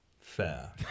fair